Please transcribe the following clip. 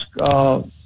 ask